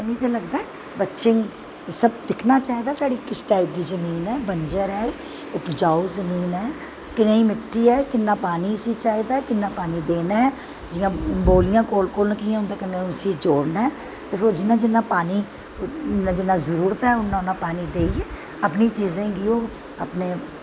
उनेंगी ते लगदा ऐ बच्चें गी सब दिक्खनां चाही दा साढ़ी किस टाईप दी जमीन ऐ बंज्जर ऐ उपजाऊ जमीन ऐ कनेही मिट्टी ऐ किन्नां पानी इसी चाही दा किन्ना पानी इसी देनां ऐ जियां बौल्लियां कोल कोल नै कियां उसी ओह्दे कन्नैं जोड़नां ऐ ते फिर जियां जियां पानी जिन्नां जिन्ना जरूरत ऐ उन्ना उन्ना देईयै अपनी चीज़ें गी ओह् अपनें